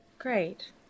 great